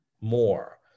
more